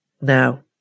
Now